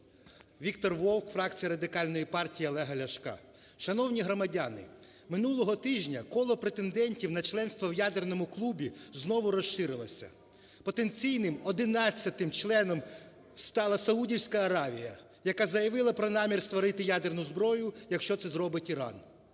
Віктор Вовк, фракція Радикальної партії Олега Ляшка. Шановні громадяни! Минулого тижня коло претендентів на членство в "Ядерному клубі" знову розширилося. Потенційним, 11 членом стала Саудівська Аравія, яка заявила про намір створити ядерну зброю, якщо це зробить Іран.